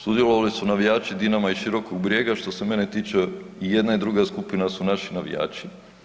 Sudjelovali su navijači Dinama i Širokog Brijega, što se mene tiče, i jedna i druga skupina su naši navijači.